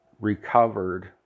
recovered